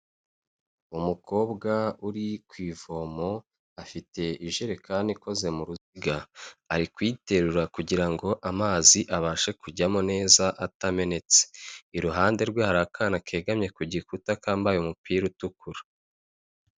Umukobwa uri ku ivomo afite ijerekani ikoze mu ruziga, ari kuyiterura kugirango amazi abashe kujyamo neza atamenetse, i ruhande rwe hari akana kegamye ku gikuta kambaye umupira utukura.